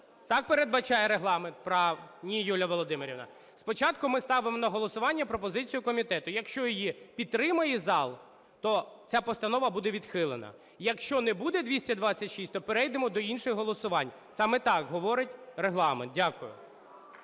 Так передбачає Регламент? Ні, Юлія Володимирівна. Спочатку ми ставимо на голосування пропозицію комітету. Якщо її підтримає зал, то ця постанова буде відхилена. Якщо не буде 226, то перейдемо до інших голосувань. Саме так говорить Регламент. Дякую.